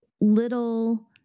little